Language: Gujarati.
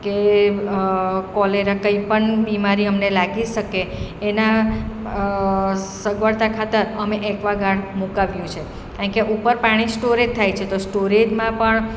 કે કોલેરા કંઇ પણ બીમારી અમને લાગી શકે એના સગવડતા ખાતર અમે એક્વા ગાડ મુકાવ્યું છે કારણ કે ઉપર પાણી સ્ટોરેજ થાય છે તો સ્ટોરેજમાં પણ